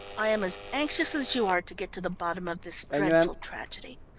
i am as anxious as you are to get to the bottom of this dreadful tragedy.